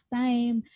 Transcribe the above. time